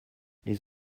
les